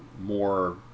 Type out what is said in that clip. more